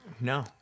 No